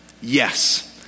Yes